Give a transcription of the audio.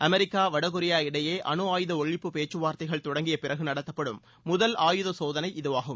America வடகொரியா இடையே அனுஆயுத ஒழிப்பு பேச்சுவார்தைகள் தொடங்கிய பிறகு நடத்தப்படும் முதல் ஆயுத சோதனை இதுவாகும்